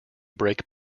break